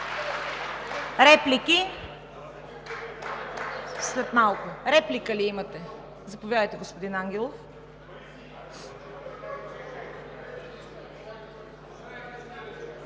думата.) След малко! Реплика ли имате? Заповядайте, господин Ангелов.